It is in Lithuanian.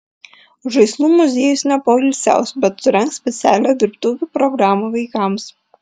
žaislų muziejus nepoilsiaus bet surengs specialią dirbtuvių programą vaikams